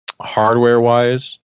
Hardware-wise